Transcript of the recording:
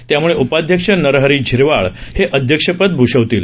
त्याम्ळे उपाध्यक्ष नरहरी झिरवाळ हे अध्यक्षपद भूषवतील